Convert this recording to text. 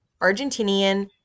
Argentinian